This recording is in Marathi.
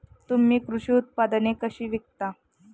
तुम्ही कृषी उत्पादने कशी विकता?